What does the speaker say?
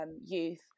youth